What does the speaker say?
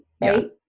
Right